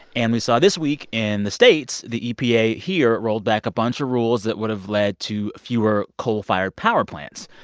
and we saw this week in the states the epa here rolled back a bunch of rules that would have led to fewer coal-fired power plants.